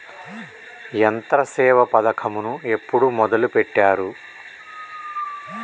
యంత్రసేవ పథకమును ఎప్పుడు మొదలెట్టారు?